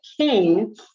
King